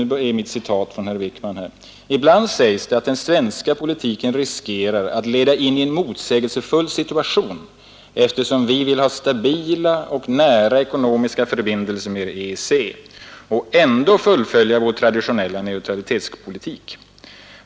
Herr Wickman skrev på följande sätt: ”Ibland sägs det att den svenska politiken riskerar att leda in i en motsägelsefull situation, eftersom vi vill ha stabila och nära ekonomiska förbindelser med EEC och ändå fullfölja vår traditionella neutralitetspolitik.